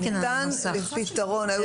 וניתן לפתור אותם.